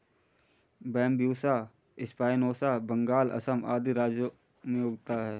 Bambusa spinosa Bengal, Assam आदि राज्यों में उगता है